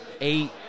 eight